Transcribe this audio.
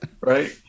Right